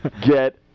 get